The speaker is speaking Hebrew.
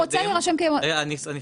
הוא רוצה להירשם כ --- אני אחדד.